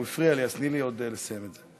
הוא הפריע לי, אז תני לי עוד לסיים את זה.